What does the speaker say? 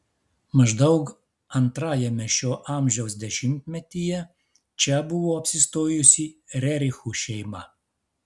maždaug antrajame šio amžiaus dešimtmetyje čia buvo apsistojusi rerichų šeima